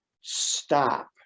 stop